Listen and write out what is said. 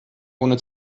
ohne